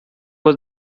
was